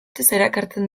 erakartzen